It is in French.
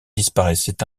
disparaissait